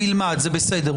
הוא ילמד, זה בסדר.